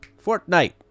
Fortnite